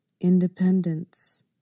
independence